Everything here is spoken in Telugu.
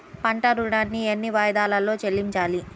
పంట ఋణాన్ని ఎన్ని వాయిదాలలో చెల్లించాలి?